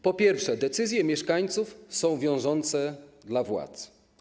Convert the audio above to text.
Po pierwsze, decyzje mieszkańców są wiążące dla władzy.